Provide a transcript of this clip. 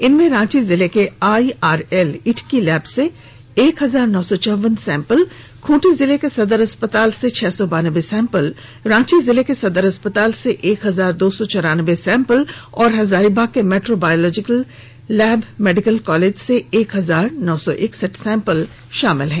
इनमें रांची जिले के I R L Itki lab से एक हजार नौ सौ चौवन सैंपल खूंटी जिला के सदर अस्पताल से छह सौ बानबे सैंपल रांची जिला के सदर अस्पताल से एह हजार दो चौ चौरानबे सैंपल और हजारीबाग के metro biology lab medical college से एक हजार नौ सौ एकसठ सैंपल शामिल है